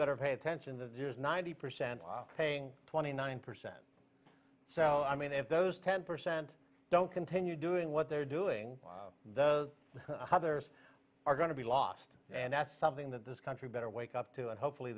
better pay attention that is ninety percent paying twenty nine percent so i mean if those ten percent don't continue doing what they're doing the others are going to be lost and that's something that this country better wake up to and hopefully